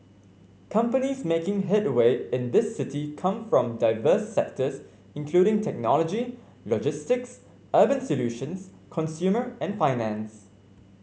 companies making headway in this city come from diverse sectors including technology logistics urban solutions consumer and finance